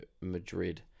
Madrid